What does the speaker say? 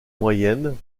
moyenne